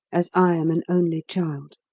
as i am an only child?